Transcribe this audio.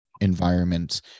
environment